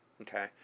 Okay